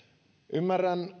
ymmärrän